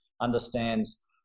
understands